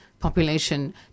Population